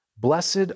Blessed